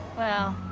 well,